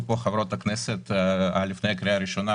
כאן חברות הכנסת לפני הקריאה הראשונה,